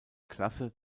klasse